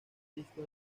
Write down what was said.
disco